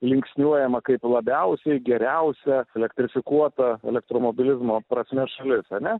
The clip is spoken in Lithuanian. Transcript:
linksniuojama kaip labiausiai geriausia elektrifikuota elektromobilizmo prasme šalis ane